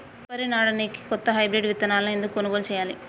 తదుపరి నాడనికి కొత్త హైబ్రిడ్ విత్తనాలను ఎందుకు కొనుగోలు చెయ్యాలి?